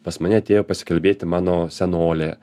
pas mane atėjo pasikalbėti mano senolė